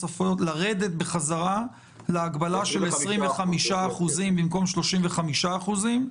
לרדת בחזרה להגבלה של 25% במקום 35%,